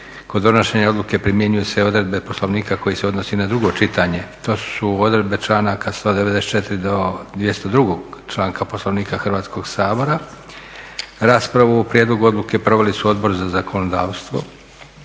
Kod donošenja odluke primjenjuju se odredbe Poslovnika koji se odnosi na drugo čitanje. To su odredbe članaka 194. do 202. članka Poslovnika Hrvatskog sabora. Raspravu o prijedlogu odluke proveli su Odbor za zakonodavstvo,